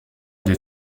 des